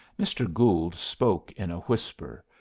mr. gould spoke in a whisper.